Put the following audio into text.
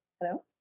Hello